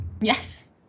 Yes